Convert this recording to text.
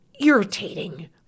irritating